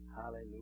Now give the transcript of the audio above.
Hallelujah